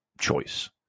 choice